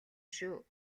шүү